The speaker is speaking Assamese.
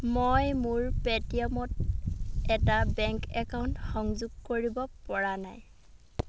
মই মোৰ পে'টিএমত এটা বেংক একাউণ্ট সংযোগ কৰিব পৰা নাই